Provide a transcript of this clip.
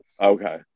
Okay